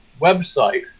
website